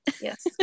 Yes